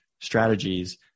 strategies